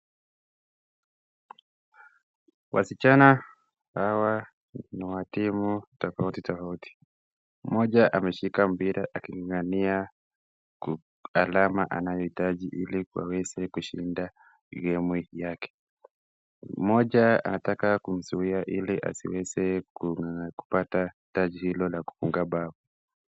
Wasichana hawa ni wa timu tofauti tofauti. Mmoja ameshika mpira aking'ang'ania alama anayohitaji ili aweze kushindia timu yake. Mmoja anataka kumzuia ili asiweze kupata taji hilo la kufunga bao.